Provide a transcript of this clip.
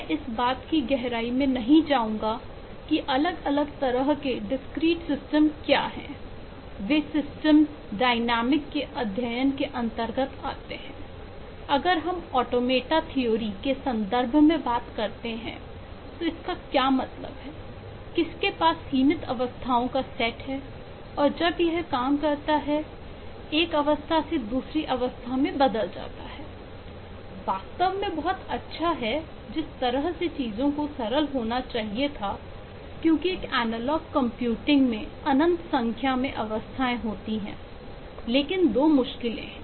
मैं इस बात की गहराई में नहीं जाऊंगा कि अलग अलग तरह के डिस्क्रीट सिस्टम में अनंत संख्या में अवस्थाएं होती हैं लेकिन दो मुश्किलें हैं